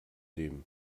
dem